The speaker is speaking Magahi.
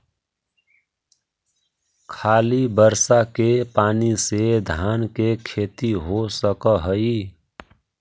खाली बर्षा के पानी से धान के खेती हो सक हइ?